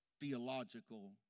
theological